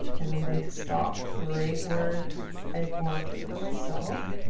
and i'm going to stop right where i've marked it for myself